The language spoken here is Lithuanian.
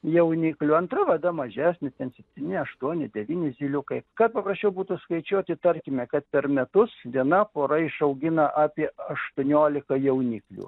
jauniklių antra vada mažesnė ten aštuoni devyni zyliukai kad paprasčiau būtų skaičiuoti tarkime kad per metus viena pora išaugina apie aštuoniolika jauniklių